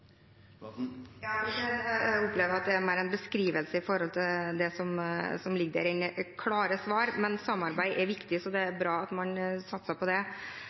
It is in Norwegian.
Jeg opplever at det mer er en beskrivelse av det som ligger inne. Klare svar, men samarbeid er viktig, så det er bra at man satser på det.